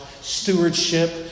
Stewardship